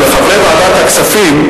חברי ועדת הכספים,